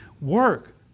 Work